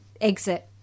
exit